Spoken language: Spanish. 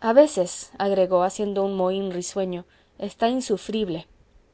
a veces agregó haciendo un mohín risueño está insufrible